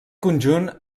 conjunt